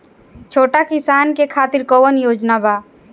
छोटा किसान के खातिर कवन योजना बा?